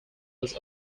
was